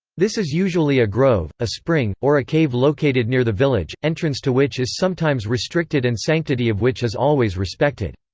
this is usually a grove, a spring, or a cave located near the village, entrance to which is sometimes restricted and sanctity of which is always respected.